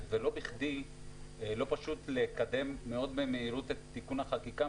ולא פשוט לקדם במהירות את תיקון החקיקה,